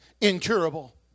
incurable